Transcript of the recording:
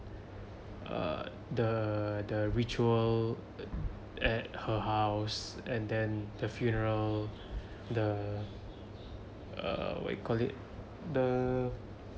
err the the ritual at her house and then the funeral the err what you call it the